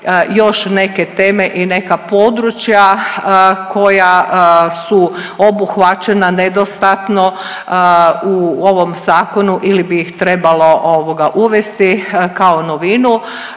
još neke teme i neka područja koja su obuhvaćena nedostatno u ovom zakonu ili bi ih trebalo ovoga uvesti kao novinu